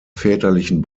väterlichen